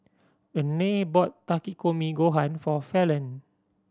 Renae bought Takikomi Gohan for Fallon